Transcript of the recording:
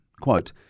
Quote